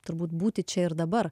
turbūt būti čia ir dabar